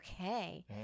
okay